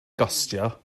gostio